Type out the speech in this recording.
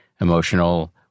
emotional